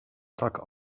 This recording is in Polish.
tak